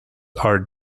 are